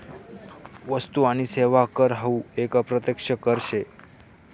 वस्तु आणि सेवा कर हावू एक अप्रत्यक्ष कर शे